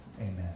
Amen